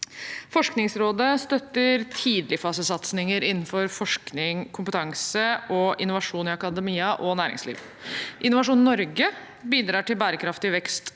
Forskningsrådet støtter tidligfasesatsinger innenfor forskning, kompetanse og innovasjon i akademia og næringsliv. Innovasjon Norge bidrar til bærekraftig vekst